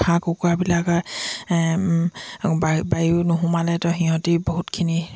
হাঁহ কুকুৰাবিলাক বা বায়ু নুসোমালেতো সিহঁতি বহুতখিনি